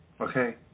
Okay